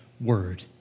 word